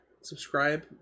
subscribe